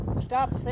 Stop